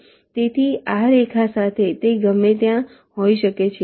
તેથી આ રેખા સાથે તે ગમે ત્યાં હોઈ શકે છે